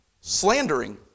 slandering